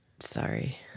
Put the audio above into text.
Sorry